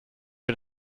wir